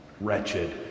wretched